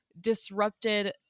disrupted